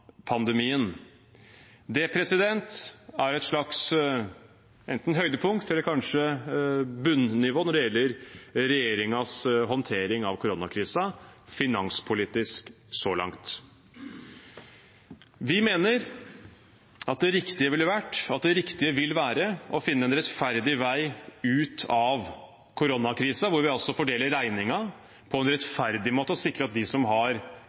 Det er et slags høydepunkt, eller kanskje bunnivå, når det gjelder regjeringens håndtering av koronakrisen finanspolitisk så langt. Vi mener at det riktige vil være å finne en rettferdig vei ut av koronakrisen, hvor vi fordeler regningen på en rettferdig måte og sikrer at de som har